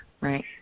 right